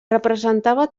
representava